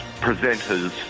presenters